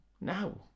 now